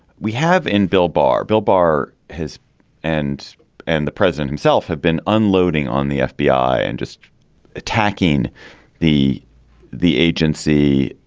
we have in bill barr, bill barr has and and the president himself have been unloading on the fbi and just attacking the the agency,